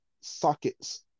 Sockets